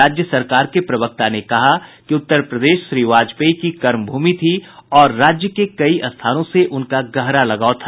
राज्य सरकार के प्रवक्ता ने कहा कि उत्तर प्रदेश श्री वाजपेयी की कर्मभूमि थी और राज्य के कई स्थानों से उनका गहरा लगाव था